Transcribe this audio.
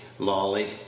lolly